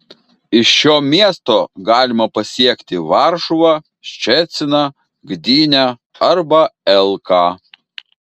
iš šio miesto galima pasiekti varšuvą ščeciną gdynę arba elką